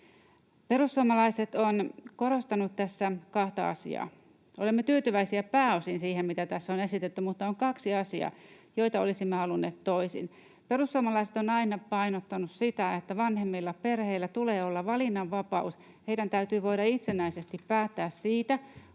perussuomalaiset on korostanut tässä kahta asiaa. Olemme tyytyväisiä pääosin siihen, mitä tässä on esitetty, mutta on kaksi asiaa, joita olisimme halunneet toisin. Perussuomalaiset on aina painottanut sitä, että vanhemmilla, perheillä, tulee olla valinnanvapaus. Heidän täytyy voida itsenäisesti päättää siitä,